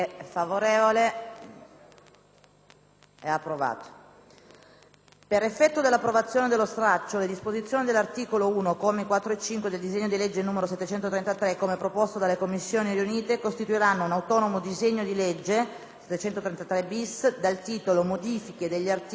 Per effetto dell'approvazione della proposta di stralcio le disposizioni dell'articolo 1, commi 4 e 5, del disegno di legge n. 733, nel testo proposto dalle Commissioni riunite, costituiranno un autonomo disegno di legge (733-*bis*) dal titolo «Modifiche degli articoli 648-*bis* e 648-*ter* del codice penale».